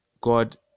God